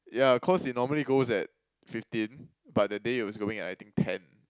yeah cause it normally goes at fifteen but that day it was going at I think ten